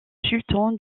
sultan